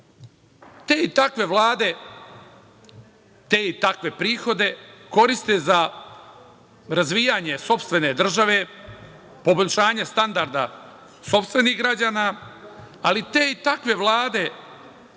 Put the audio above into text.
i takve vlade, te i takve prihode koriste za razvijanje sopstvene države, poboljšanje standarda sopstvenih građana, ali te i takve vlade javne prihode i budžetska